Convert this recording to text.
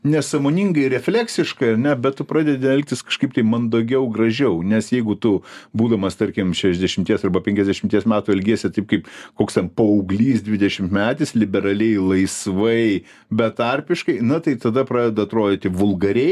nesąmoningai refleksiškai ar ne bet tu pradedi elgtis kažkaip tai mandagiau gražiau nes jeigu tu būdamas tarkim šešiasdešimties arba penkiasdešimties metų elgiesi taip kaip koks ten paauglys dvidešimtmetis liberaliai laisvai betarpiškai na tai tada pradeda atrodyti vulgariai